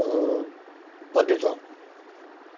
Pakistan